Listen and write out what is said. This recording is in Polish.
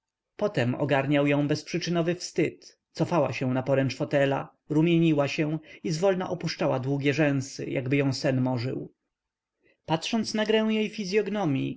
potem ogarniał ją bezprzyczynowy wstyd cofała się na poręcz fotelu rumieniła się i zwolna opuszczała długie rzęsy jakby ją sen morzył patrząc na grę jej fizyognomii